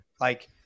Like-